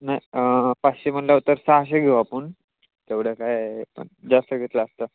नाही पाचशे म्हटलं तर सहाशे घेऊ आपण तेवढं काय पण जास्त घेतला असता